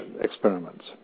experiments